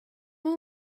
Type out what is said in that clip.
all